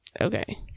Okay